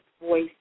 voice